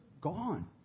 gone